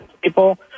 people